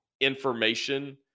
information